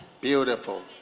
Beautiful